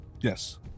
yes